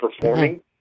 performing